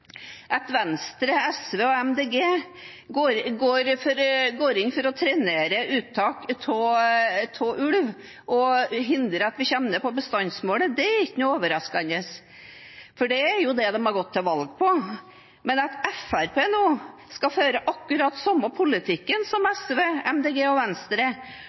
At Venstre, SV og MDG går inn for å trenere uttaket av ulv og hindre at vi kommer ned på bestandsmålet, er ikke noe overraskende, for det er det de har gått til valg på. Men at Fremskrittspartiet nå skal føre akkurat den samme politikken som SV, MDG og Venstre